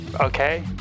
okay